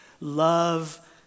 Love